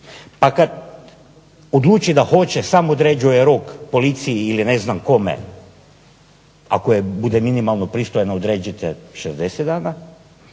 pa kad odluči da hoće sam određuje rok policiji ili ne znam kome. Ako bude minimalno pristojno odredit će 60 dana.